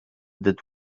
that